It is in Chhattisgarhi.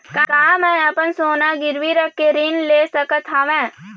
का मैं अपन सोना गिरवी रख के ऋण ले सकत हावे?